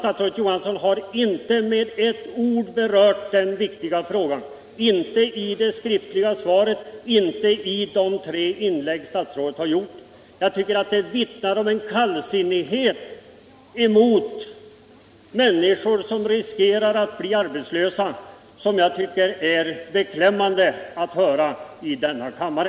Statsrådet Johansson har inte med ett ord berört det viktiga problemet, inte i det skriftliga svaret och inte i sina tre inlägg i debatten. Jag tycker att det vittnar om kallsinnighet mot människor som riskerar att bli arbetslösa, en kallsinnighet som jag tycker det är beklämmande att höra i denna kammare.